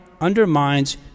undermines